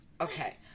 okay